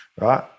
right